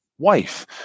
wife